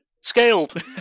Scaled